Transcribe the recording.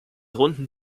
runden